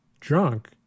drunk